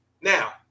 Now